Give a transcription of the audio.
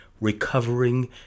recovering